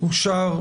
הצבעה אושרה.